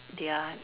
their